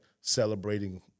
celebrating